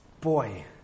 boy